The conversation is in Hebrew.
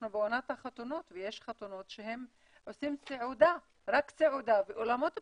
אנחנו בעונת החתונות ויש חתונות שעושים סעודה באולמות פתוחים.